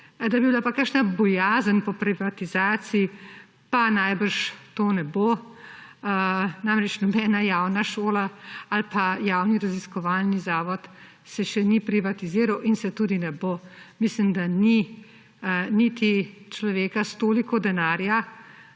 Da bi bila pa kakšna bojazen po privatizaciji, pa najbrž to ne bo. Namreč nobena javna šola ali pa javni raziskovalni zavod se še ni privatiziral in se tudi ne bo. Mislim, da ni niti človeka s toliko denarja